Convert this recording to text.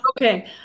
Okay